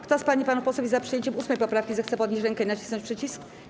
Kto z pań i panów posłów jest za przyjęciem 8. poprawki, zechce podnieść rękę i nacisnąć przycisk.